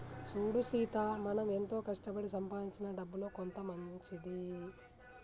సూడు సీత మనం ఎంతో కష్టపడి సంపాదించిన డబ్బులో కొంత మంచిది